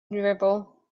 drivel